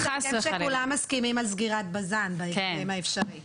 אפשר לסכם שכולם מסכימים על סגירת בז"ן בהקדם האפשרי.